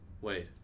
Wait